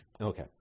Okay